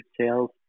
sales